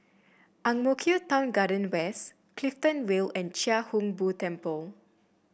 Ang Mo Kio Town Garden West Clifton Vale and Chia Hung Boo Temple